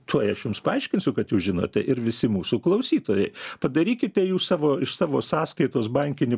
tuoj aš jums paaiškinsiu kad jūs žinote ir visi mūsų klausytojai padarykite jūs savo iš savo sąskaitos bankinį